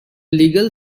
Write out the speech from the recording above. legal